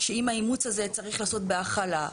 שאם האימוץ הזה צריך להיעשות בהכלה,